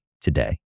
today